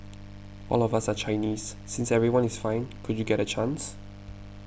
all of us are Chinese since everyone is fine could you get a chance